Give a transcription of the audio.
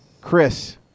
Chris